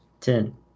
Ten